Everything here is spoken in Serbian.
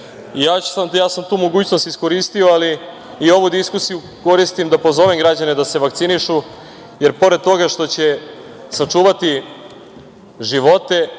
sam tu mogućnost iskoristio, ali i ovu diskusiju koristim da pozovem građane da se vakcinišu, jer, pored toga što će sačuvati živote,